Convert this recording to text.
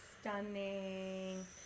Stunning